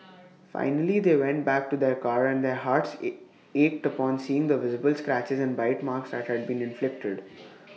finally they went back to their car and their hearts ate ached upon seeing the visible scratches and bite marks that had been inflicted